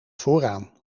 vooraan